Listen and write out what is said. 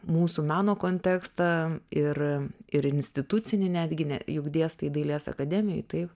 mūsų meno kontekstą ir ir institucinį netgi ne juk dėstai dailės akademijoj taip